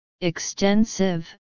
extensive